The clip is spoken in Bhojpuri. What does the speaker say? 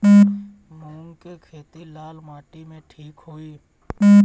मूंग के खेती लाल माटी मे ठिक होई?